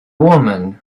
woman